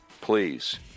please